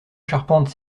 charpente